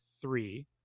three